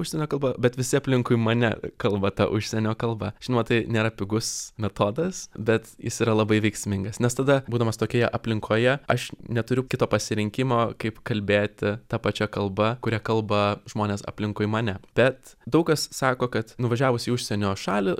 užsienio kalba bet visi aplinkui mane kalba ta užsienio kalba žinoma tai nėra pigus metodas bet jis yra labai veiksmingas nes tada būdamas tokioje aplinkoje aš neturiu kito pasirinkimo kaip kalbėti ta pačia kalba kuria kalba žmonės aplinkui mane bet daug kas sako kad nuvažiavus į užsienio šalį